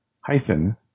hyphen